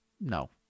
No